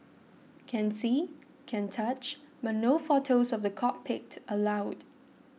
can see can touch but no photos of the cockpit allowed